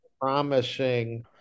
promising